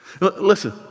Listen